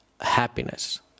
happiness